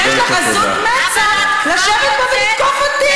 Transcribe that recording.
יש לך עזות מצח לשבת פה ולתקוף אותי